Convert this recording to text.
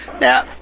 Now